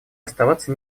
остаться